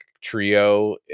trio